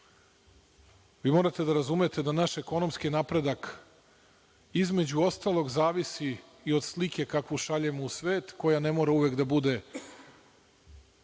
Vi morate da razumete da naš ekonomski napredak, između ostalog, zavisi i od slike kakvu šaljemo u svet, koja ne mora uvek da bude